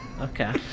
Okay